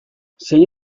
zein